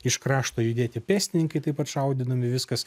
iš krašto judėti pėstininkai taip pat šaudydami viskas